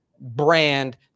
brand